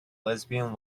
lesbian